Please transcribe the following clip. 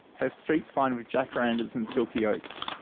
has streets lined with jacarandas and silky oaks.